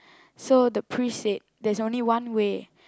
so the priest said there's only one way